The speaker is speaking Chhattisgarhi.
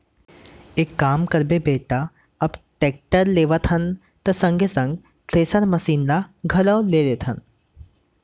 एक काम करबे बेटा अब टेक्टर लेवत हन त संगे संग थेरेसर मसीन ल घलौ ले लेथन